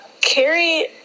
Carrie